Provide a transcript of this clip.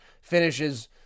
finishes